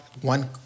one